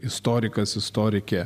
istorikas istorikė